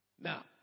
Now